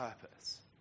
purpose